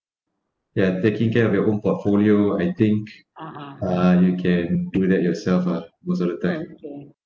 ya taking care of your own portfolio I think uh you can do that yourself ah most of the time